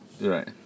right